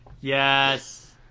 Yes